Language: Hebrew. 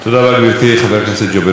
חבר הכנסת חיליק בר.